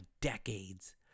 decades